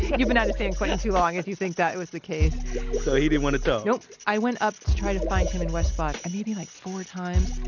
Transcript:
you've been out of san quentin too long, if you think that was the case so he didn't want to to you know i went up to try to find him in west block, and maybe like four times.